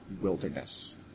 wilderness